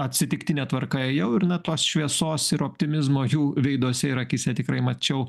atsitiktine tvarka ėjau ir na tos šviesos ir optimizmo jų veiduose ir akyse tikrai mačiau